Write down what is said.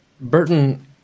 Burton